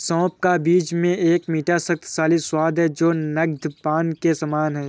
सौंफ का बीज में एक मीठा, शक्तिशाली स्वाद है जो नद्यपान के समान है